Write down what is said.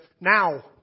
now